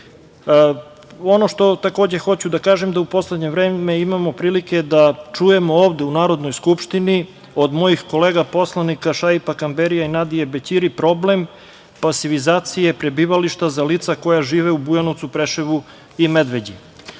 što hoću da kažem jeste da u poslednje vreme imamo priliku da čujemo ovde, u Narodnoj skupštini, od mojih kolega poslanika Šaipa Kamberija i Nadije Bećiri problem pasivizacije prebivališta za lica koja žive u Bujanovcu, Preševu i Medveđi.